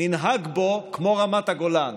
ננהג בו כמו רמת הגולן,